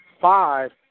five